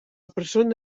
persona